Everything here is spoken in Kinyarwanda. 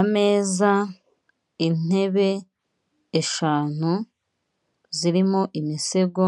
Ameza, intebe eshanu zirimo imisego